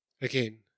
Again